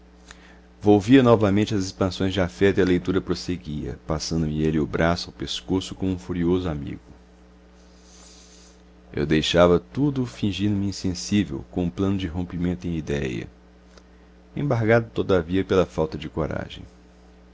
volvia nova mente às expressões de afeto e a leitura prosseguia passando me ele o braço ao pescoço como um furioso amigo eu deixava tudo fingindo-me insensível com um plano de rompimento em idéia embargado todavia pela falta de coragem